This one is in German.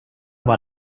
war